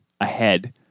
ahead